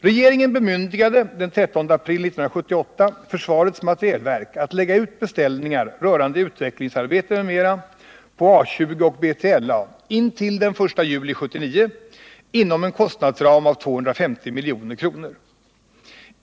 Regeringen bemyndigade den 13 april 1978 försvarets materielverk att lägga ut beställningar rörande utvecklingsarbete m.m. på A 20 och B3LA intill den 1 juli 1979 inom en kostnadsram av 250 milj.kr.